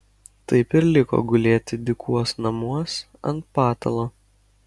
taip ir liko gulėti dykuos namuos ant patalo